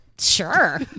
Sure